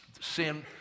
sin